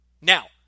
Now